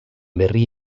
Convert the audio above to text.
berri